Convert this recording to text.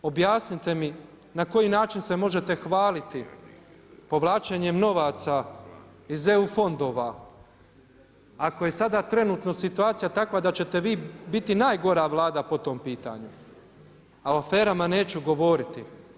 Objasnite mi na koji način se možete hvaliti povlačenjem novaca iz EU fondova, ako je sada trenutno situacija takva da ćete vi biti najgora Vlada po tom pitanju, a o aferama neću govoriti.